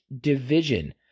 division